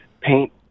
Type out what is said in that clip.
paint